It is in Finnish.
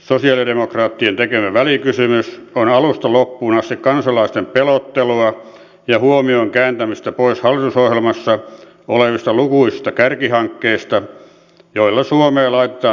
sosialidemokraattien tekemä välikysymys on alusta loppuun asti kansalaisten pelottelua ja huomion kääntämistä pois hallitusohjelmassa olevista lukuisista kärkihankkeista joilla suomea laitetaan nyt kuntoon